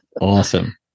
awesome